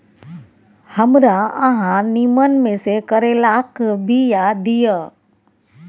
हमरा अहाँ नीमन में से करैलाक बीया दिय?